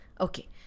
Okay